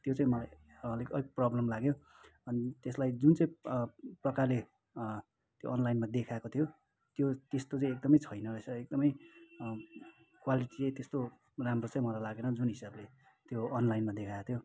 त्यो चाहिँ मलाई अलिक अलिक प्रब्लम लाग्यो अनि त्यसलाई जुन चाहिँ प्रकारले त्यो अनलाइनमा देखाएको थियो त्यो त्यस्तो चाहिँ एकदमै छैन रहेछ एकदमै क्वालिटी चाहिँ त्यस्तो राम्रो चाहिँ मलाई लागेन जुन हिसाबले त्यो अनलाइनमा देखाएको थियो